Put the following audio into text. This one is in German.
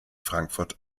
frankfurt